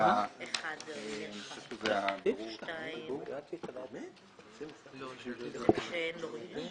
ההחלטה היא שאין מנכ"ל.